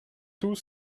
tous